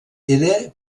era